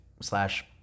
slash